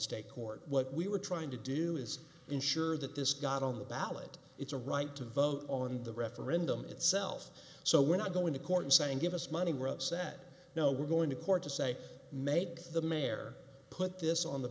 state court what we were trying to do is ensure that this got on the ballot it's a right to vote on the referendum itself so we're not going to court saying give us money we're upset now we're going to court to say made the mayor put this on the